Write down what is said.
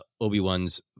Obi-Wan's